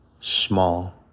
small